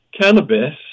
cannabis